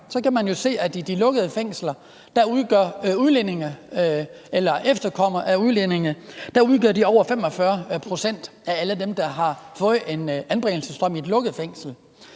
kan man jo se, at i de lukkede fængsler udgør udlændinge eller efterkommere af udlændinge over 45 pct. af alle dem, der har fået en anbringelsesdom i et lukket fængsel.